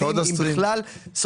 אם בכלל.